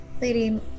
Lady